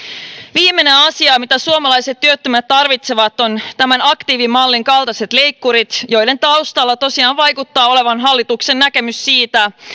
viimeinen asia mitä suomalaiset työttömät tarvitsevat on tämän aktiivimallin kaltaiset leikkurit joiden taustalla tosiaan vaikuttaa olevan hallituksen näkemys siitä